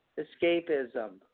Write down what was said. escapism